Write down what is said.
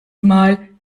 mal